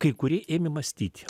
kai kurie ėmė mąstyti